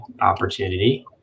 opportunity